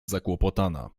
zakłopotana